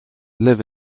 live